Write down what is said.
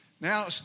Now